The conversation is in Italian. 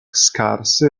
scarse